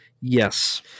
Yes